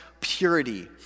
purity